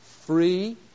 free